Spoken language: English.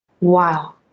Wow